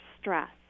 stress